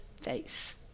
face